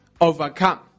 overcome